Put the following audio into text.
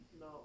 No